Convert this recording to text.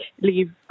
leave